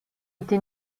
été